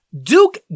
Duke